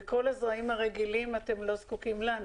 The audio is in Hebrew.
בכל הזרעים הרגילים אתם לא זקוקים לנו.